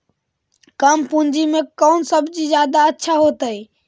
कम पूंजी में कौन सब्ज़ी जादा अच्छा होतई?